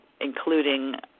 including